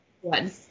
one